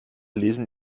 lesen